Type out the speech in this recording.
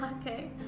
Okay